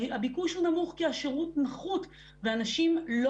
הביקוש הוא נמוך כי השירות נחות ואנשים לא